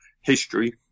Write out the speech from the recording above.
history